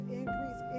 increase